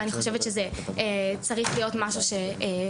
ואני חושבת שזה צריך להיות משהו שעובר